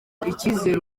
icyizere